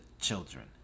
children